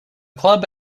club